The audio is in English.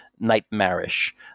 nightmarish